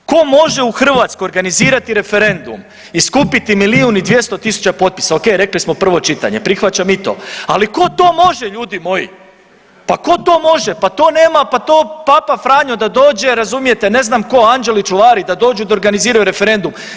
Tko može u Hrvatskoj organizirati referendum i skupiti milijun i 200 tisuća potpisa, ok rekli smo prvo čitanje, prihvaćam i to, ali tko to može ljudi moji, pa tko to može pa to nema, pa to Papa Franjo da dođe razumijete, ne znam tko, anđeli čuvari da dođu da organiziraju referendum.